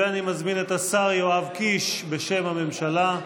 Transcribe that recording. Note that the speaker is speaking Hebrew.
אני מזמין את השר יואב קיש, בשם הממשלה.